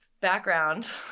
background